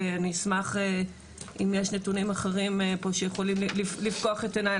ואני אשמח אם יש נתונים אחרים שיכולים לפקוח את עיניי,